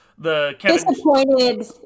Disappointed